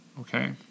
Okay